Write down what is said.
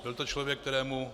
Byl to člověk, kterému...